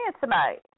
tonight